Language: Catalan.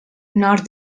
nord